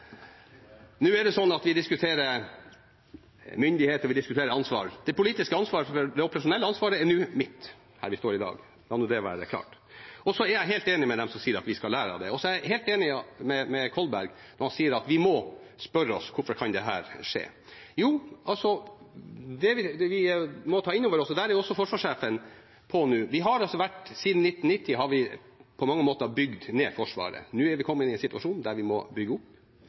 Nå diskuterer vi myndighet, og vi diskuterer ansvar. Det operasjonelle ansvaret er nå mitt, her vi står i dag. La det være klart. Så er jeg helt enig med dem som sier at vi skal lære av dette, og jeg er helt enig med Kolberg når han sier at vi må spørre oss om hvorfor dette kan skje. Jo, vi må ta innover oss – og der er også forsvarssjefen nå – at siden 1990 har vi på mange måter bygd ned Forsvaret. Nå er vi kommet i en situasjon der vi må bygge opp.